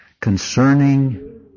concerning